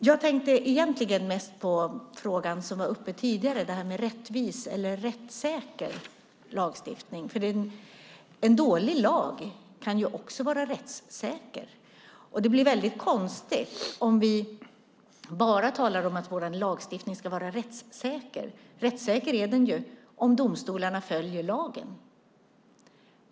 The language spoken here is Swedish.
Jag tänkte egentligen mest på frågan som var uppe tidigare om rättvis eller rättssäker lagstiftning. En dålig lag kan också vara rättssäker. Det blir väldigt konstigt om vi bara talar om att vår lagstiftning ska vara rättssäker. Rättssäker är den ju om domstolarna följer lagen.